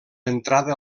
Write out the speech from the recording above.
entrada